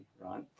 right